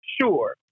Sure